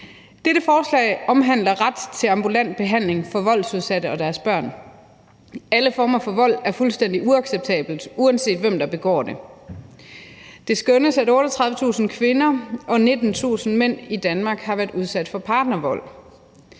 Dette forslag omhandler ret til ambulant behandling for voldsudsatte og deres børn. Alle former for vold er fuldstændig uacceptabelt, uanset hvem der begår den. Det skønnes, at 38.000 kvinder og 19.000 mænd i Danmark har været udsat for partnervold.